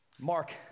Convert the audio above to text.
Mark